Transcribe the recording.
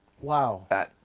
Wow